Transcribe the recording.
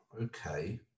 Okay